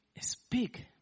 speak